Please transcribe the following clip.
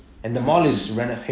mm mm